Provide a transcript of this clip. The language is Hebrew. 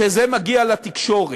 שזה יגיע לתקשורת.